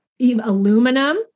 aluminum